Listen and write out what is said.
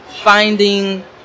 finding